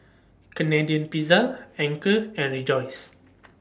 Canadian Pizza Anchor and Rejoice